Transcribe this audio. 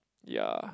ya